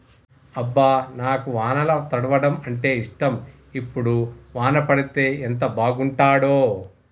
అబ్బ నాకు వానల తడవడం అంటేఇష్టం ఇప్పుడు వాన పడితే ఎంత బాగుంటాడో